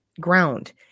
ground